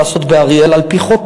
על-פי חוק,